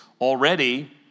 already